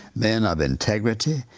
men of integrity,